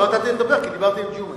לא נתת לי לדבר, כי דיברת עם ג'ומס.